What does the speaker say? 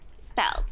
spelled